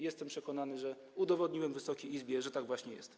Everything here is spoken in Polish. Jestem przekonany, że udowodniłem Wysokiej Izbie, że tak właśnie jest.